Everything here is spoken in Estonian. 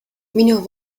minu